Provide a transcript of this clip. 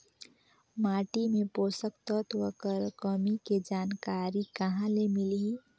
माटी मे पोषक तत्व कर कमी के जानकारी कहां ले मिलही?